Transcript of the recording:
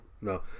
no